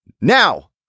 now